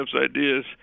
ideas